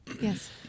Yes